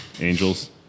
Angels